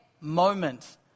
moment